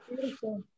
beautiful